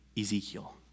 Ezekiel